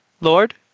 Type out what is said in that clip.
Lord